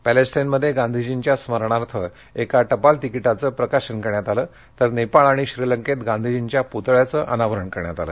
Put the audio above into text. पॅलेस्टाईनमध्ये गांधीजींच्या स्मरणार्थ एका टपाल तिकीटाचं प्रकाशन करण्यात आलं तर नेपाळ आणि श्रीलंकेत गांधीजींच्या पुतळ्याचं अनावरण करण्यात आलं